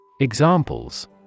Examples